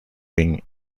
wing